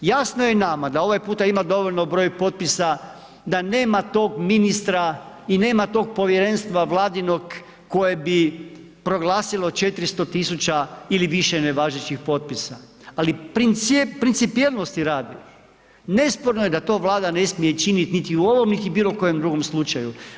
Jasno je nama da ovaj puta ima dovoljno broj potpisa da nema tog ministra i nema tog povjerenstva vladinog koje bi proglasilo 400.000 ili više nevažećih potpisa, ali principijelnosti radi nesporno je da to Vlada ne smije činiti niti u ovom, niti bilo kojem drugom slučaju.